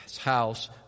house